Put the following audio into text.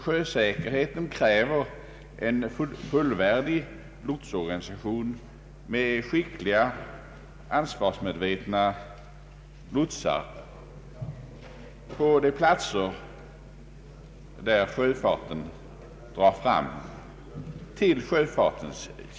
Sjösäkerheten kräver en fullvärdig lotsorganisation med skickliga och ansvarsmedvetna lotsar på de platser, där sjöfart förekommer.